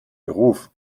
beruf